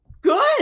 good